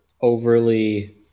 overly